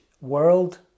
world